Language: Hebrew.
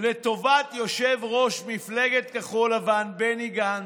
לטובת יושב-ראש מפלגת כחול לבן בני גנץ,